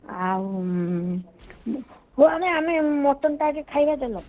ଆଉ ହେଉ ଆଗେ ଆମେ ମଟନ୍ଟା ଆଗେ ଖାଇବା ଚାଲ